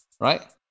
Right